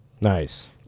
Nice